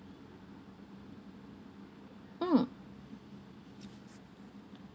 mm